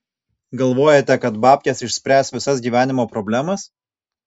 galvojate kad babkės išspręs visas gyvenimo problemas